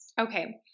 Okay